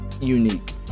unique